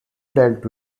dealt